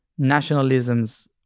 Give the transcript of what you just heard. nationalisms